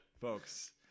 Folks